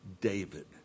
David